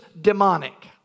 demonic